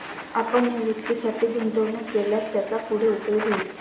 आपण निवृत्तीसाठी गुंतवणूक केल्यास त्याचा पुढे उपयोग होईल